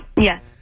Yes